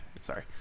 Sorry